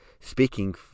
speaking